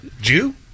Jew